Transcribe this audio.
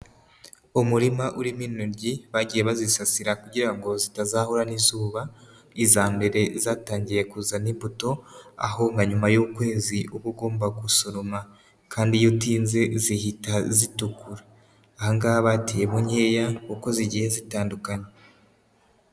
Umurima urimo intoryi bagiye bazisasira kugira ngo zitazahura n'izuba, iza mbere zatangiye kuzana imbuto aho nka nyuma y'ukwezi uba ugomba gusoroma kandi iyo utinze zihita zitukura, aha ngaha bateyemo nkeya kuko zigiye zitandukanye.